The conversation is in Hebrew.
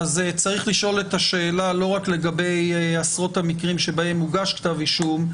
צריך לשאול את השאלה הזאת לא רק לגבי המקרים שבהם מוגש כתב אישום,